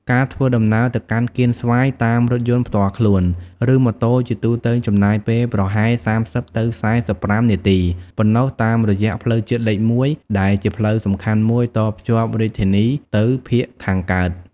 ការធ្វើដំណើរទៅកាន់កៀនស្វាយតាមរថយន្តផ្ទាល់ខ្លួន ឬម៉ូតូជាទូទៅចំណាយពេលប្រហែល ៣០ ទៅ ៤៥ នាទី ប៉ុណ្ណោះតាមរយៈផ្លូវជាតិលេខ ១ ដែលជាផ្លូវសំខាន់មួយតភ្ជាប់រាជធានីទៅភាគខាងកើត។